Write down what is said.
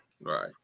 Right